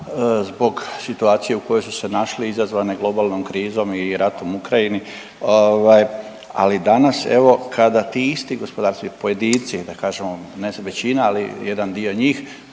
zbog situacije u kojoj su se našli izazvane globalnom krizom i ratom u Ukrajini ovaj ali danas evo kada ti isti gospodarstvenici, pojedinci da kažemo ne većina, ali jedan dio njih